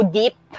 deep